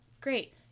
great